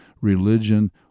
religion